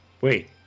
wait